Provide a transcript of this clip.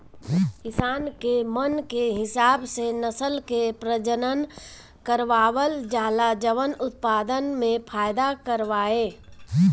किसान के मन के हिसाब से नसल के प्रजनन करवावल जाला जवन उत्पदान में फायदा करवाए